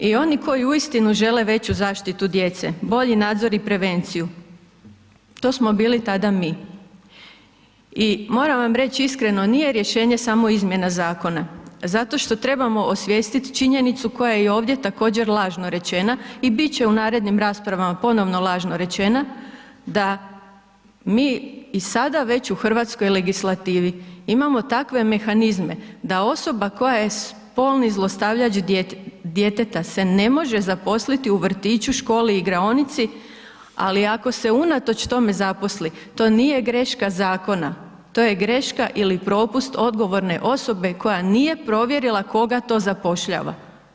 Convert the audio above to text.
I on koji uistinu žele veću zaštitu djece, bolji nadzor i prevenciju, to smo bili tada mi i moram vam reći tada iskreno, nije rješenje samo izmjena zakona zato što trebamo osvijestiti činjenicu koja je i ovdje također lažno rečena i bit će u narednim raspravama ponovno lažno rečena, da mi i sada već u hrvatskoj legislativi imamo takve mehanizme da osoba koja je spolni zlostavljač djeteta se ne može zaposliti u vrtiću, školi, igraonici ali ako se unatoč tome zaposli, to nije greška zakona, to je greška ili propust odgovorne osobe koja nije provjerila koga to zapošljava.